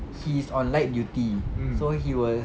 he's on light duty so he was